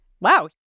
wow